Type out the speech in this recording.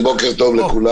כן, בוקר טוב לכולם.